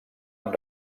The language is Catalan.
han